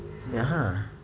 ya